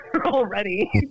already